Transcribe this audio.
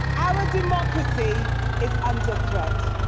our democracy is under threat.